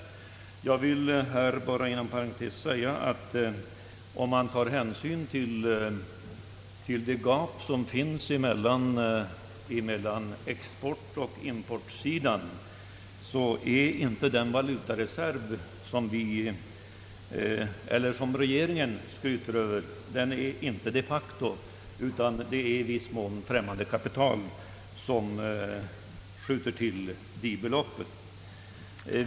Inom parentes vill jag säga att om man tar hänsyn till de gap som finns mellan exportoch importsidan, så finns egentligen inte de facto den valutareserv som regeringen skryter över, utan det är här i viss mån fråga om främmande kapital som ökar beloppet.